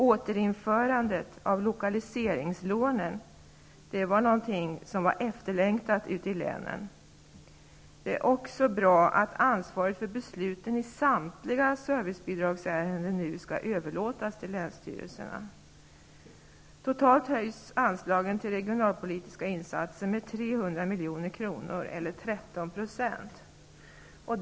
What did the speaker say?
Återinförandet av lokaliseringslånen var efterlängtat ute i länen. Det är också bra att ansvaret för besluten i samtliga servicebidragsärenden nu skall överlåtas till länsstyrelserna. Totalt höjs anslagen till regionalpolitiska insatser med 300 milj.kr. eller 13 %.